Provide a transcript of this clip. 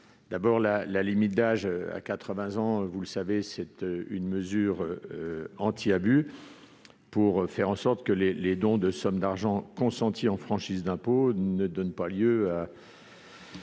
savez, la limite d'âge à 80 ans est une mesure anti-abus pour faire en sorte que les dons de sommes d'argent consentis en franchise d'impôt ne donnent pas lieu à